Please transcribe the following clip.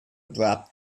dropped